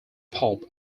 pulp